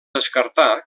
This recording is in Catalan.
descartar